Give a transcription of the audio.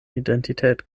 identität